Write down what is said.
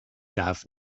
darf